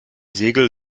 segel